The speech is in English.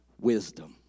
wisdom